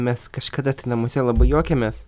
mes kažkada tai namuose labai juokėmės